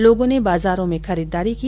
लोगों ने बाजारों में खरीदारी की